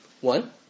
One